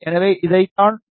எனவே இதைத்தான் அழுத்தவும்